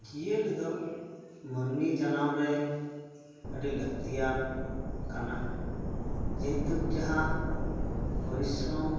ᱡᱤᱭᱟᱹᱞᱤ ᱫᱚ ᱢᱟᱹᱱᱢᱤ ᱡᱟᱱᱟᱢ ᱨᱮ ᱟᱹᱰᱤ ᱞᱟᱹᱠᱛᱤᱭᱟᱱ ᱠᱟᱱᱟ ᱡᱮᱦᱮᱛᱩ ᱡᱟᱦᱟᱸ ᱯᱚᱨᱤᱥᱨᱚᱢ